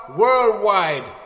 worldwide